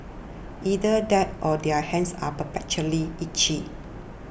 either that or their hands are perpetually itchy